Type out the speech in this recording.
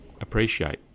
appreciate